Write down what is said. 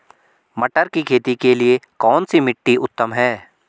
मटर की खेती के लिए कौन सी मिट्टी उत्तम है?